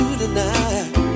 tonight